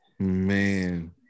Man